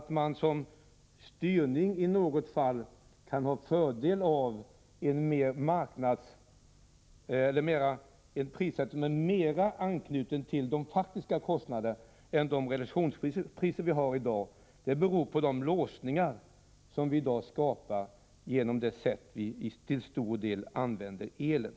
Att man som styrning i något fall kan ha fördel av en prissättning som är mer anknuten till de faktiska kostnaderna än vad de realisationspriser är som vi har i dag beror på de låsningar som vi skapar genom det sätt på vilket vi till stor del använder elen.